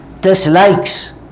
dislikes